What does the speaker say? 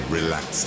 relax